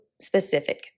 specific